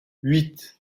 huit